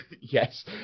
yes